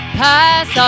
pass